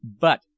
But